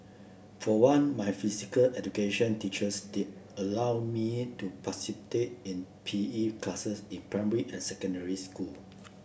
for one my physical education teachers did allow me to in P E classes in primary and secondary school